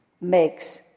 makes